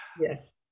yes